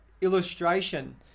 illustration